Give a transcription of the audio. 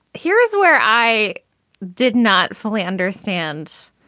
here is where i did not fully understand.